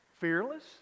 fearless